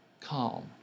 calm